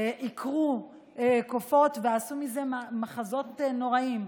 עיקרו קופות ועשו מזה מחזות נוראיים.